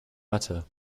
matter